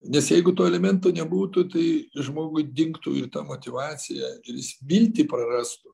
nes jeigu to elemento nebūtų tai žmogui dingtų ir ta motyvacija ir jis viltį prarastų